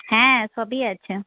হ্যাঁ সবই আছে